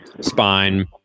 spine